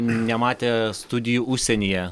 nematę studijų užsienyje